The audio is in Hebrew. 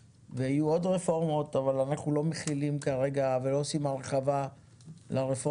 מה שמכונה בעגה הציבורית כרפורמת הבנקאות הפתוחה ובעגה המשפטית פרק